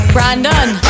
Brandon